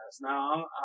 Now